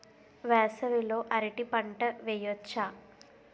వేసవి లో అరటి పంట వెయ్యొచ్చా?